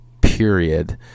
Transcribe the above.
Period